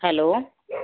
hello